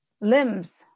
limbs